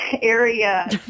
area